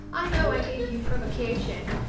i know i gave you provocation.